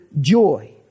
joy